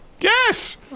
Yes